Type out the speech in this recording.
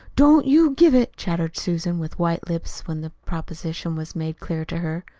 don't you give it! chattered susan, with white lips, when the proposition was made clear to her.